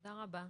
תודה רבה.